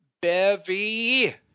bevy